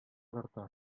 тарта